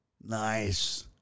Nice